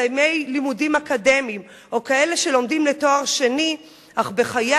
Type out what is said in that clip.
מסיימי לימודים אקדמיים או כאלה שלומדים לתואר שני אך בחיי